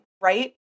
right